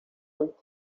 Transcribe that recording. and